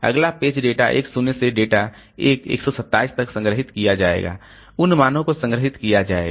अगला page data 1 0 से data 1 127 तक संग्रहीत किया जाएगा उन मानों को संग्रहीत किया जाएगा